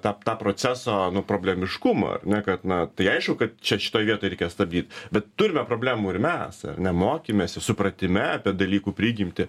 tą tą proceso problemiškumą ar ne kad na tai aišku kad čia šitoj vietoj reikia stabdyt bet turime problemų ir mes ar ne mokymesi supratime apie dalykų prigimtį